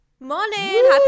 Morning